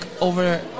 over